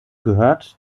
gehört